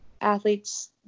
athletes